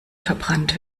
verbrannt